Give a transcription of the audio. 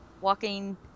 walking –